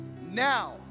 now